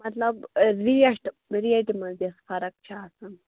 مطلب ریٹ ریٹہِ منٛز یۅس فرق چھِ آسان